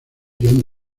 john